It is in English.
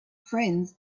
friends